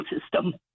system